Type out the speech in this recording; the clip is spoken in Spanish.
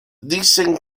dicen